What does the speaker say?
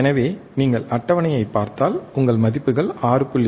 எனவே நீங்கள் அட்டவணையைப் பார்த்தால் உங்கள் மதிப்புகள் 6